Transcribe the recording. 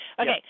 Okay